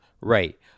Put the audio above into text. right